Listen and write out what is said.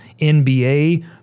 NBA